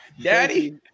Daddy